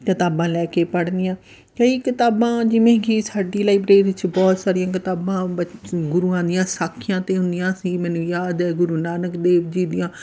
ਕਿਤਾਬਾਂ ਲੈ ਕੇ ਪੜ੍ਹਨੀਆਂ ਕਈ ਕਿਤਾਬਾਂ ਜਿਵੇਂ ਕਿ ਸਾਡੀ ਲਾਈਬ੍ਰੇਰੀ 'ਚ ਬਹੁਤ ਸਾਰੀਆਂ ਕਿਤਾਬਾਂ ਬ ਗੁਰੂਆਂ ਦੀਆਂ ਸਾਖੀਆਂ 'ਤੇ ਹੁੰਦੀਆਂ ਸੀ ਮੈਨੂੰ ਯਾਦ ਹੈ ਗੁਰੂ ਨਾਨਕ ਦੇਵ ਜੀ ਦੀਆਂ